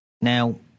Now